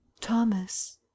Thomas